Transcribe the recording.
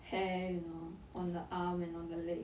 hair you know on the arm and on the leg